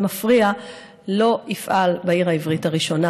מפריע לא יפעל בעיר העברית הראשונה,